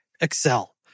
Excel